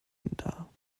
dar